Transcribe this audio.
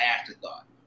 afterthought